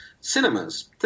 cinemas